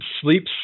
sleeps